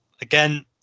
Again